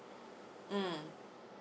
mm